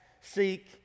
seek